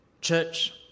Church